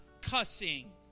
cussing